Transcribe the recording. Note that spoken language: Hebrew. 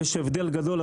יש הבדל גדול,